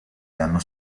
danno